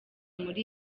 muri